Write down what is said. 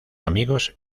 amigos